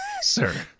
Sir